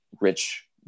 rich